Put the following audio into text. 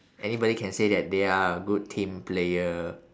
anybody can say that they are a good team player